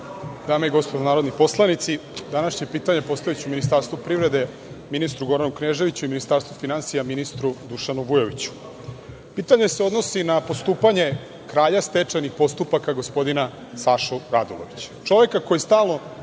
i gospodo narodni poslanici, današnje pitanje postaviću Ministarstvu privrede, ministru Goranu Kneževiću i Ministarstvu finansija, ministru Dušanu Vujoviću. Pitanje se odnosi na postupanje kralja stečajnih postupaka, gospodina Sašu Radulovića,